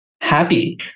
happy